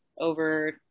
over